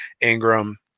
Ingram